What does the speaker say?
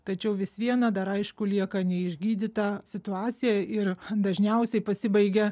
tačiau vis viena dar aišku lieka neišgydyta situacija ir dažniausiai pasibaigia